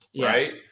right